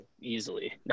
easily